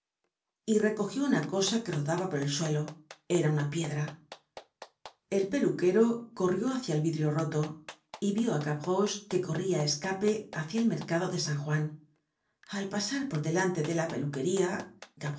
y recogió una cosa que rodaba por el suelo era una piedra el peluquero corrió hácia el vidrio roto y vió á gavroche que corria á escape hácia el mercado de san juan al pasar por delante de la peluquería